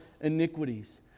iniquities